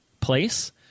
place